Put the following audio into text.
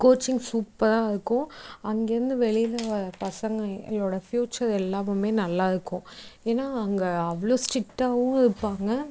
coaching சூப்பராக இருக்கும் அங்கேர்ந்து வெளியில வர பசங்களோட ஃபியூச்சர் எல்லாமுமே நல்லாருக்கும் ஏன்னா அங்கே அவ்வளோ ஸ்ட்ரிக்ட்டாகவும் இருப்பாங்க